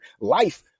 life